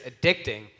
addicting